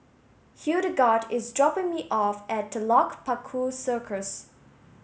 Hildegard is dropping me off at Telok Paku Circus